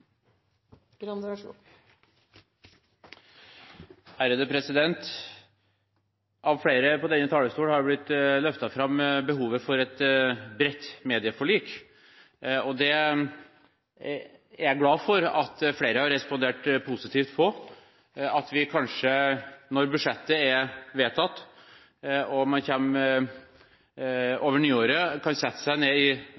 Av flere på denne talerstolen har behovet for et bredt medieforlik blitt løftet fram, og det er jeg glad for at flere har respondert positivt på. Når budsjettet er vedtatt og man